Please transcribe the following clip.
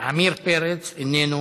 עמיר פרץ, איננו,